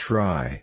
Try